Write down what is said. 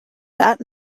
that